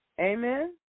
Amen